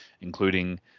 including